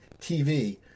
TV